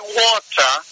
water